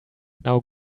now